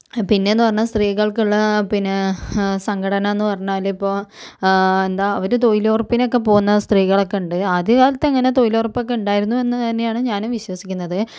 പിന്നേന്ന് പറഞ്ഞാൽ സ്ത്രീകൾക്കുള്ള പിന്നേ സംഘടനാന്ന് പറഞ്ഞാല് ഇപ്പോൾ എന്താ അവര് തൊഴിലുറപ്പിനൊക്കെ പോകുന്നത് സ്ത്രീകളൊക്കെ ഉണ്ട് ആദ്യകാലത്തങ്ങനെ തൊഴിലുറപ്പൊക്കെ ഉണ്ടായിരുന്നു എന്നുതന്നെയാണ് ഞാനും വിശ്വസിക്കുന്നത്